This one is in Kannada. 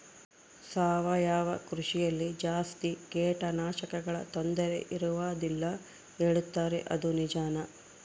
ಸಾವಯವ ಕೃಷಿಯಲ್ಲಿ ಜಾಸ್ತಿ ಕೇಟನಾಶಕಗಳ ತೊಂದರೆ ಇರುವದಿಲ್ಲ ಹೇಳುತ್ತಾರೆ ಅದು ನಿಜಾನಾ?